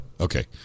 Okay